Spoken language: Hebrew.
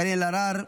קארין אלהרר,